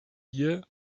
year